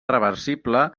irreversible